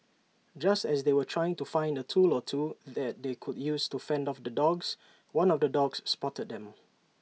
just as they were trying to find A tool or two that they could use to fend off the dogs one of the dogs spotted them